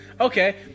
Okay